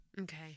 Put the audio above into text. Okay